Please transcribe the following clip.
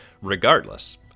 regardless